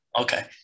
Okay